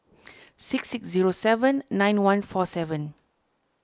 six six zero seven nine one four seven